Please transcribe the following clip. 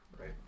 Right